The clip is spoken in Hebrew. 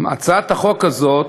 הצעת החוק הזאת,